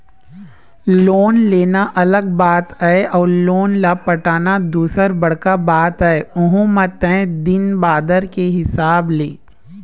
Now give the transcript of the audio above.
loan लेना अलग बात आय अउ लोन ल पटाना दूसर बड़का बात आय अहूँ म तय दिन बादर के हिसाब ले